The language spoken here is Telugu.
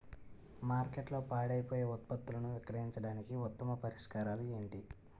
మార్కెట్లో పాడైపోయే ఉత్పత్తులను విక్రయించడానికి ఉత్తమ పరిష్కారాలు ఏంటి?